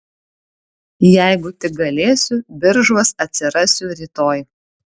jeigu tik galėsiu biržuos atsirasiu rytoj